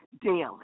daily